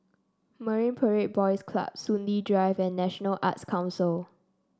Marine Parade Boys Club Soon Lee Drive and National Arts Council